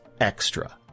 extra